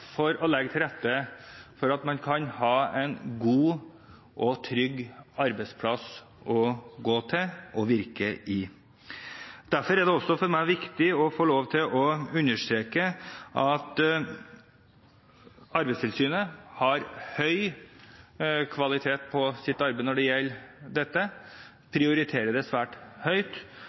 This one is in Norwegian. for å legge til rette for at man kan ha en god og trygg arbeidsplass å gå til og virke i. Derfor er det viktig for meg å understreke at Arbeidstilsynet har høy kvalitet på sitt arbeid når det gjelder dette, og de prioriterer det svært høyt.